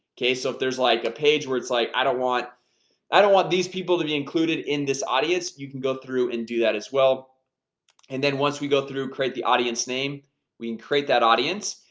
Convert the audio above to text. okay, so if there's like a page where it's like i don't want i don't want these people to be included in this audience you can go through and do that as well and then once we go through and create the audience name we can and create that audience,